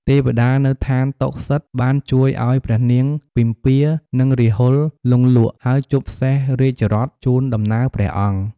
ទេវតានៅស្ថានតុសិតបានជួយឲ្យព្រះនាងពិម្ពា និងរាហុល លង់លក់ ហើយជប់សេះរាជរដ្ឋជូនដំណើរព្រះអង្គ។